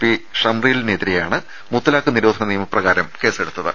P ഷംറീലിനെതിരെയാണ് മുത്തലാഖ് നിരോധന നിയമപ്രകാരം കേസെടുത്തത്